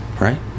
Right